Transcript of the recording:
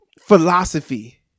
Philosophy